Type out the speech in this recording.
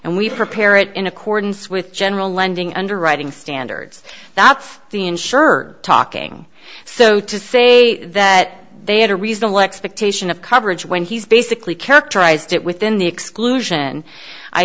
and we prepare it in accordance with general lending underwriting standards that's the insurer talking so to say that they had a reasonable expectation of coverage when he's basically characterized it within the exclusion i